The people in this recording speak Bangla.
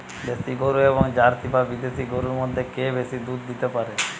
দেশী গরু এবং জার্সি বা বিদেশি গরু মধ্যে কে বেশি দুধ দিতে পারে?